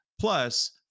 Plus